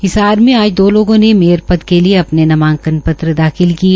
हिसार में आज दो लोगों ने मेयर पद के लिए नामांकन पत्र दाखिल किए